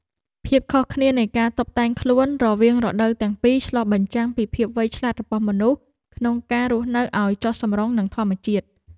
ភាពខុសគ្នានៃការតុបតែងខ្លួនរវាងរដូវទាំងពីរឆ្លុះបញ្ចាំងពីភាពវៃឆ្លាតរបស់មនុស្សក្នុងការរស់នៅឱ្យចុះសម្រុងនឹងធម្មជាតិ។